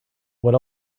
what